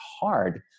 hard